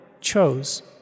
chose